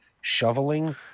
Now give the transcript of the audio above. shoveling